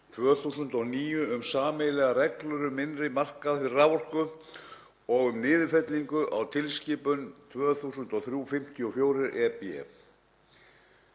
2009 um sameiginlegar reglur um innri markaðinn fyrir raforku og um niðurfellingu á tilskipun 2003/54/EB.